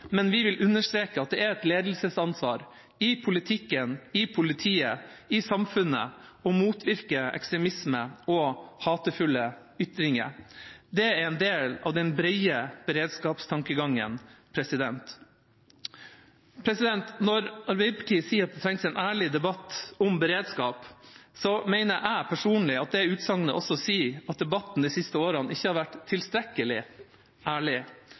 men jeg vil understreke at det er et ledelsesansvar i politikken, i politiet, i samfunnet å motvirke ekstremisme og hatefulle ytringer. Det er en del av den brede beredskapstankegangen. Når Arbeiderpartiet sier at det trengs en ærlig debatt om beredskap, mener jeg personlig at det utsagnet også sier at debatten de siste årene ikke har vært tilstrekkelig ærlig.